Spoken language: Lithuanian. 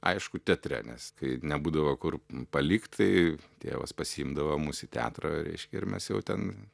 aišku teatre nes kai nebūdavo kur palikt tai tėvas pasiimdavo mus į teatrą reiškia ir mes jau ten